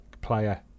player